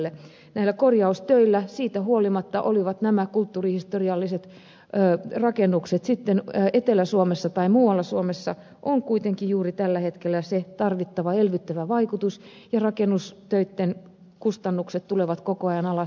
näillä korjaustöillä siitä huolimatta olivatpa nämä kulttuurihistorialliset rakennukset sitten etelä suomessa tai muualla suomessa on kuitenkin juuri tällä hetkellä se tarvittava elvyttävä vaikutus ja rakennustöitten kustannukset tulevat koko ajan alas